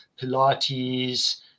Pilates